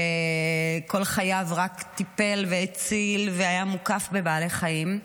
וכל חייו רק טיפל והציל והיה מוקף בבעלי חיים.